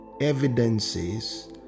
evidences